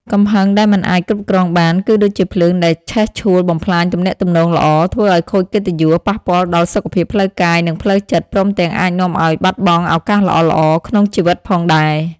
កំហឹងដែលមិនអាចគ្រប់គ្រងបាន គឺដូចជាភ្លើងដែលឆេះឆួលបំផ្លាញទំនាក់ទំនងល្អ ធ្វើឱ្យខូចកិត្តិយស ប៉ះពាល់ដល់សុខភាពផ្លូវកាយ និងផ្លូវចិត្ត ព្រមទាំងអាចនាំឱ្យបាត់បង់ឱកាសល្អៗក្នុងជីវិតផងដែរ។